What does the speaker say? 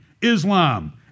Islam